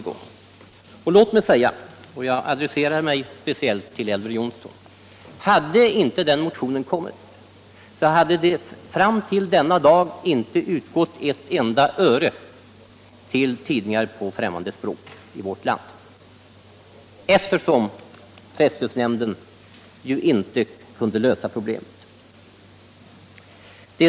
Låt mig då säga — och jag adresserar mig speciellt till Elver Jonsson — att hade inte den motionen kommit så hade det fram till denna dag inte utgått ett enda öre till tidningar på främmande språk i vårt land eftersom pressstödsnämnden inte kunde lösa problemet.